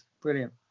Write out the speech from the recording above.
Brilliant